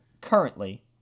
currently